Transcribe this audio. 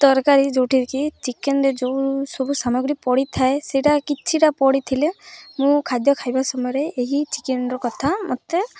ତରକାରୀ ଯେଉଁଥିରେ କି ଚିକେନ୍ରେ ଯେଉଁ ସବୁ ସାମଗ୍ରୀ ପଡ଼ି ଥାଏ ସେଇଟା କିଛି ଟା ପଡ଼ିଥିଲେ ମୁଁ ଖାଦ୍ୟ ଖାଇବା ସମୟରେ ଏହି ଚିକେନ୍ର କଥା ମତେ